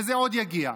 וזה עוד יגיע.